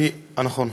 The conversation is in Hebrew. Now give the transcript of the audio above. אה, נכון.